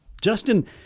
Justin